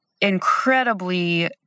incredibly